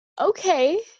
Okay